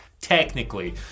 Technically